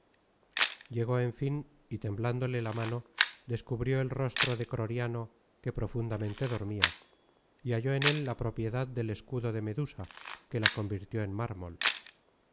llegó en fin y temblándole la mano descubrió el rostro de croriano que profundamente dormia y halló en él la propiedad del escudo de medusa que la convirtió en mármol